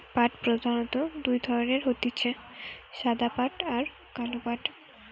পাট প্রধানত দুই ধরণের হতিছে সাদা পাট আর কালো পাট